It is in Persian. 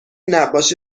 نقاشی